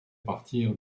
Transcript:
partir